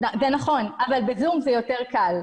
זה נכון אבל ב-זום זה יותר קל.